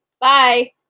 Bye